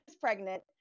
pregnant